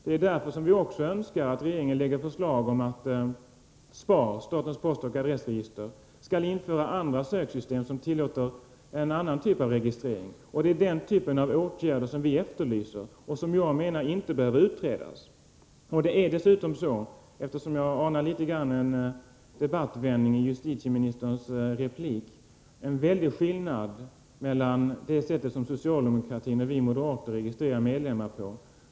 Det är också därför som vi önskar att regeringen skall lägga fram ett förslag om att SPAR - statens postoch adressregister — skall införa andra söksystem som tillåter en annan typ av registrering. Det är sådana åtgärder som vi efterlyser — och som jag menar inte behöver utredas. Eftersom jag anar en debattvändning i justitieministerns replik, vill jag framhålla att det är en väsentlig skillnad mellan det sätt som socialdemokratin och vi moderater registrerar medlemmar på.